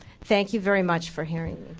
thank you very much for hearing